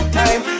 time